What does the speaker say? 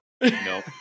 no